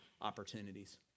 opportunities